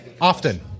Often